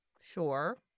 Sure